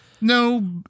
No